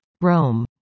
Rome